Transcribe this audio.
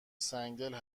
سنگدل